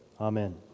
Amen